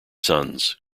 sons